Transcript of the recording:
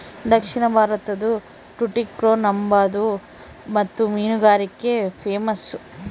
ದಕ್ಷಿಣ ಭಾರತುದ್ ಟುಟಿಕೋರ್ನ್ ಅಂಬಾದು ಮುತ್ತು ಮೀನುಗಾರಿಕ್ಗೆ ಪೇಮಸ್ಸು